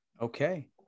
Okay